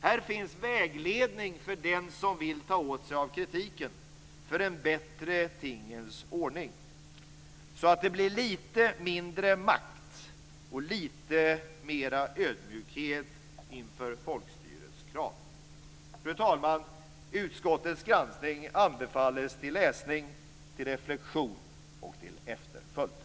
Här finns vägledning för den som vill ta åt sig av kritiken för en bättre tingens ordning, så att det blir lite mindre makt och lite mer ödmjukhet inför folkstyrets krav. Fru talman! Utskottets granskning anbefalles till läsning, till reflexion och till efterföljd.